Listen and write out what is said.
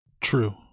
True